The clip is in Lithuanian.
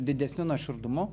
didesniu nuoširdumu